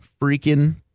Freaking